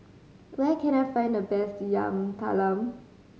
where can I find the best Yam Talam